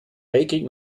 weltkrieg